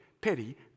petty